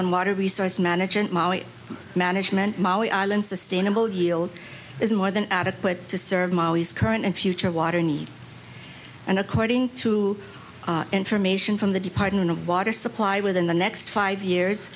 on water resource management management molly island sustainable yield is more than adequate to serve molly's current and future water needs and according to information from the department of water supply within the next five years